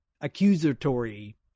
accusatory